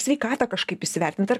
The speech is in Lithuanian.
sveikatą kažkaip įsivertint ar